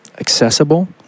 accessible